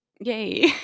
yay